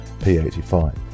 P85